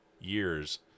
years